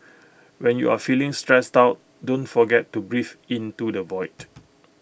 when you are feeling stressed out don't forget to breathe into the void